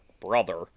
brother